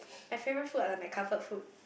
my favourite food are like my comfort food